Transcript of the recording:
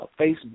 Facebook